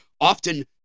often